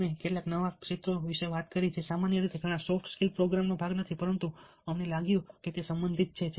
અમે કેટલાક નવા ક્ષેત્રો વિશે વાત કરી જે સામાન્ય રીતે ઘણા સોફ્ટ સ્કિલ પ્રોગ્રામનો ભાગ નથી પરંતુ અમને લાગ્યું કે તે સંબંધિત છે